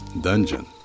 dungeon